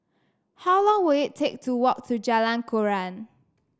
how long will it take to walk to Jalan Koran